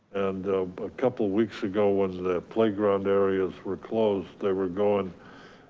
and a couple of weeks ago, when the playground areas were closed. they were going,